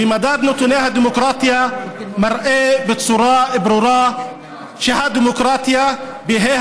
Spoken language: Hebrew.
ומדד נתוני הדמוקרטיה מראה בצורה ברורה שה-דמוקרטיה בה"א